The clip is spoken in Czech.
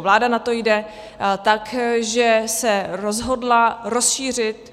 Vláda na to jde tak, že se rozhodla rozšířit